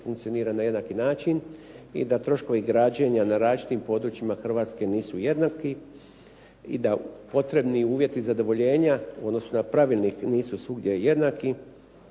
funkcionira na jednaki način i da troškovi građenja na različitim područjima Hrvatske nisu jednaki i da potrebni uvjeti zadovoljenja u odnosu na pravilnik nisu svugdje jednaki,